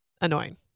annoying